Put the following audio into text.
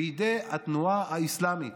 בידי התנועה האסלאמית.